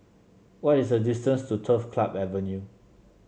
what is the distance to Turf Club Avenue